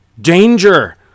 Danger